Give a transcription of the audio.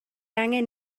angen